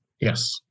Yes